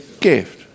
gift